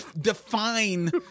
define